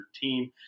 team